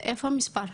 "איפה המספר?